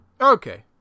Okay